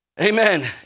Amen